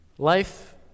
Life